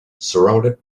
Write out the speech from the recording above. surrounded